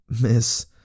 Miss